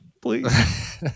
please